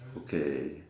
okay